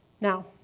Now